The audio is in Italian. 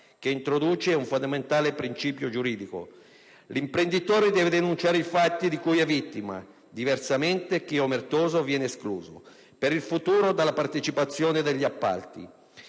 che introduce un fondamentale principio giuridico: 1'imprenditore deve denunciare i fatti di cui è vittima; diversamente, chi è omertoso viene escluso, per il futuro, dalla partecipazione agli appalti.